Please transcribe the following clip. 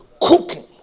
Cooking